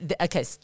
okay